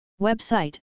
Website